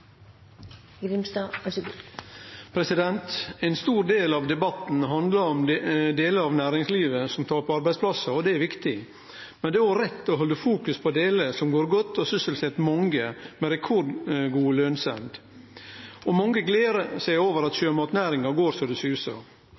refererte til. Ein stor del av debatten handlar om delar av næringslivet som taper arbeidsplassar, og det er viktig. Men det er òg rett å halde fokus på delane som går godt, og sysselset mange med rekordgod lønsemd. Mange gler seg over at sjømatnæringa går så det susar.